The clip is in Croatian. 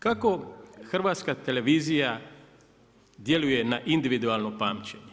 Kako Hrvatska televizija djeluje na individualno pamćenje?